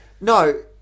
No